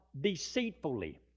deceitfully